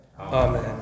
Amen